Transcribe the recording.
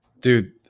dude